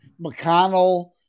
McConnell